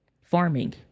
farming